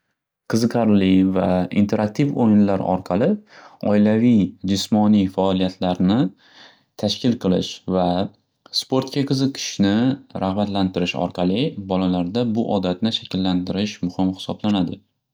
Qiziqarli va interaktiv oʻyinlar orqali oilaviy, jismoniy faoliyatlarni tashkil qilish va sportga qiziqishni rag'batlantirish orqali, bolalarda bu odatni shakllantirish muhim hisoblanadi.